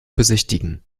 besichtigen